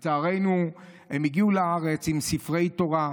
לצערנו, הם הגיעו לארץ עם ספרי תורה,